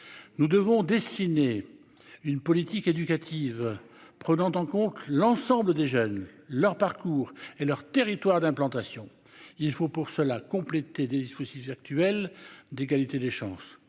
nous devons dessiner une politique éducative, prenant en compte l'ensemble des jeunes leur parcours et leur territoire d'implantation, il faut pour cela compléter des dispositifs actuels d'égalité des chances